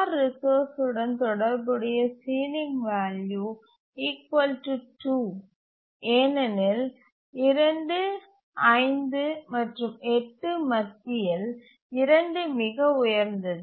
R resource உடன் தொடர்புடைய ceiling value 2 ஏனெனில் 2 5 மற்றும் 8 மத்தியில் 2 மிக உயர்ந்தது